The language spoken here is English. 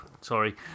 Sorry